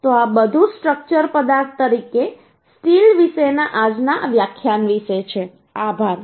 તો આ બધું સ્ટ્રક્ચર પદાર્થ તરીકે સ્ટીલ વિશેના આજના વ્યાખ્યાન વિશે છે આભાર